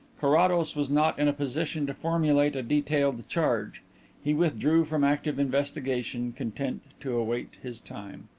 carrados was not in a position to formulate a detailed charge he withdrew from active investigation, content to await his time.